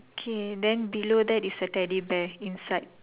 okay then below that is a Teddy bear inside